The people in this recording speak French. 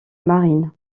marine